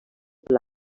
pla